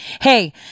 Hey